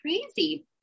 crazy